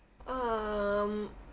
um